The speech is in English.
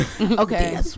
Okay